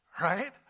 right